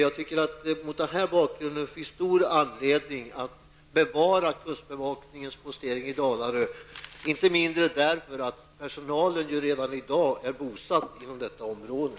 Jag tycker att det mot den här bakgrunden finns stor anledning att bevara kustbevakningens postering i Dalarö, inte minst därför att personal redan i dag är bosatt inom detta område.